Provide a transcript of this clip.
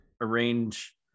arrange